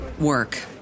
work